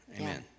amen